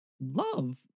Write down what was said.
love